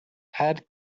add